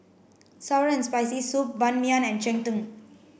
sour and spicy soup Ban Mian and Cheng Tng